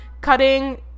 cutting